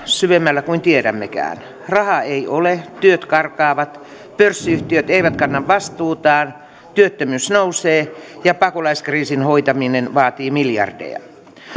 syvemmällä kuin tiedämmekään rahaa ei ole työt karkaavat pörssiyhtiöt eivät kanna vastuutaan työttömyys nousee ja pakolaiskriisin hoitaminen vaatii miljardeja